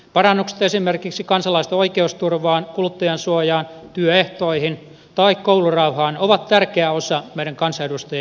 parannukset esimerkiksi kansalaisten oikeusturvaan kuluttajansuojaan työehtoihin tai koulurauhaan ovat tärkeä osa meidän kansanedustajien lainsäädäntötyötä